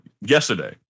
yesterday